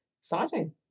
Exciting